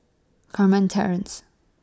Carmen Terrace